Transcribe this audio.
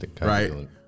Right